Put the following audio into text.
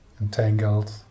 entangled